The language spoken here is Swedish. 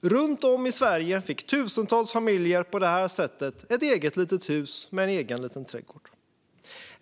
Runt om i Sverige fick tusentals familjer på det här sättet ett eget litet hus med en egen liten trädgård.